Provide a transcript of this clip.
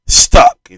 stuck